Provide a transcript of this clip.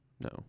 No